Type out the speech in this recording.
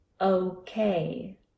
Okay